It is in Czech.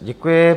Děkuji.